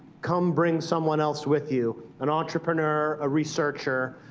come bring someone else with you an entrepreneur, a researcher.